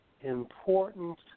important